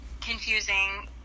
confusing